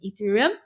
Ethereum